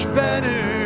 better